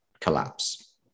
collapse